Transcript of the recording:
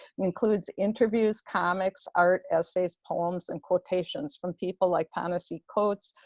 includes interviews, comics, art, essays, poems, and quotations from people like ta-nehisi coates,